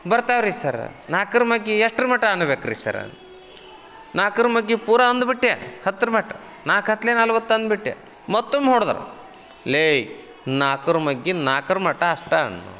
ಬರ್ತಾವ್ರಿ ಸರ ನಾಲ್ಕರ ಮಗ್ಗಿ ಎಷ್ಟರ ಮಟ ಅನ್ಬೇಕ್ರಿ ಸರ ನಾಲ್ಕರ ಮಗ್ಗಿ ಪೂರ ಅಂದ್ಬಿಟ್ಟೆ ಹತ್ರ ಮಟ ನಾಲ್ಕು ಹತ್ಲಿ ನಲವತ್ತು ಅಂದ್ಬಿಟ್ಟೆ ಮತ್ತೊಮ್ಮೆ ಹೊಡ್ದ್ರ ಲೇ ನಾಲ್ಕರ ಮಗ್ಗಿ ನಾಲ್ಕರ ಮಟ ಅಷ್ಟ ಅಂದರು